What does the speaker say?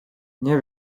nie